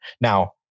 Now